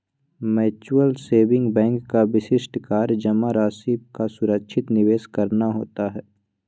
mutual saving bank का विशिष्ट कार्य जमा राशि का सुरक्षित निवेश करना होता है